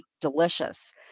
delicious